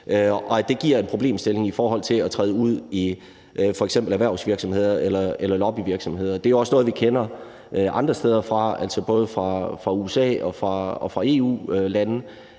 det giver en problemstilling i forhold til at træde ud i f.eks. erhvervsvirksomheder eller lobbyvirksomheder. Det er jo også noget, vi kender andre steder fra, altså både fra USA og fra EU-lande